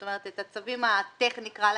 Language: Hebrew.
את הצווים הטכניים כפי שנקרא להם.